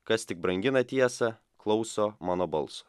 kas tik brangina tiesą klauso mano balso